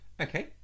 Okay